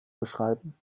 beschreiben